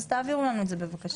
אז תעבירו לנו את זה בבקשה.